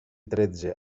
tretze